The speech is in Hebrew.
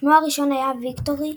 שמו הראשון היה ויקטורי,